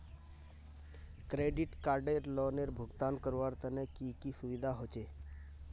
Credit card लोनेर भुगतान करवार तने की की सुविधा होचे??